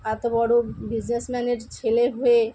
এতো বড়ো বিসনেসম্যানের ছেলে হয়ে